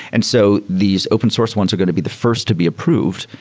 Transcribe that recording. and so these open source ones are going to be the first to be approved,